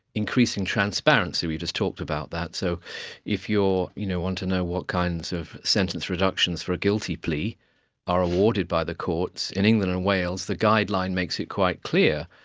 increasing transparency, we just talked about that. so if you know want to know what kinds of sentence reductions for a guilty plea are awarded by the courts, in england and wales the guideline makes it quite clear,